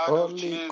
Holy